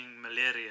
malaria